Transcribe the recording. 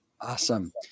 awesome